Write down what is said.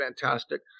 fantastic